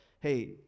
hey